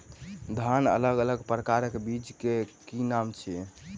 धान अलग अलग प्रकारक बीज केँ की नाम अछि?